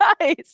nice